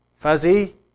Fuzzy